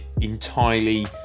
entirely